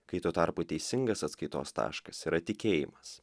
kai tuo tarpu teisingas atskaitos taškas yra tikėjimas